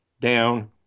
down